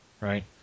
Right